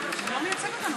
לפני, הוא לא מייצג אותנו.